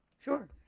Sure